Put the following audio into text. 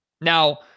Now